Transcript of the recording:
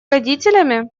родителями